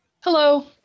Hello